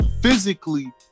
physically